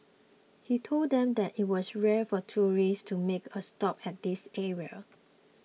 he told them that it was rare for tourists to make a stop at this area